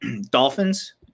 Dolphins